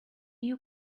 you